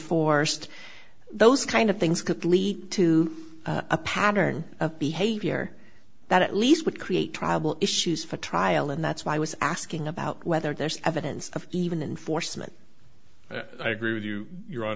enforced those kind of things could lead to a pattern of behavior that at least would create trouble issues for trial and that's why i was asking about whether there's evidence of even enforcement i agree with you your hon